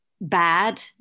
bad